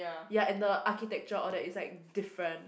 ya and the architecture all that is like different